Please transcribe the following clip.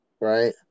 right